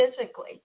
physically